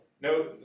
No